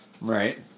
Right